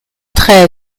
très